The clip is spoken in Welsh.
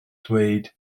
dweud